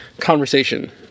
conversation